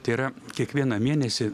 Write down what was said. tai yra kiekvieną mėnesį